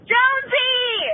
Jonesy